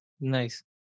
Nice